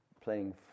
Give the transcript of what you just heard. playing